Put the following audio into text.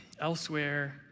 elsewhere